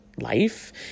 life